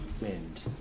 wind